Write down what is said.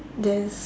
there is